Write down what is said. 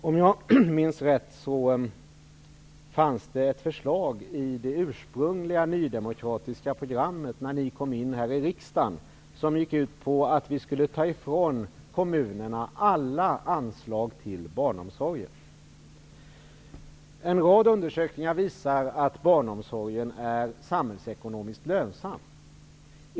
Fru talman! Om jag minns rätt fanns det ett förslag i det ursprungliga nydemokratiska programmet -- när ni kom in i riksdagen -- som gick ut på att ta ifrån kommunerna alla anslag till barnomsorgen. En rad undersökningar visar att barnomsorgen är samhällsekonomiskt lönsamt.